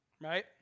Right